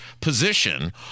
position